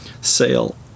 sale